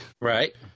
Right